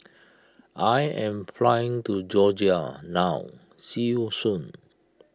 I am flying to Georgia now see you soon